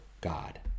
God